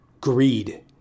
Greed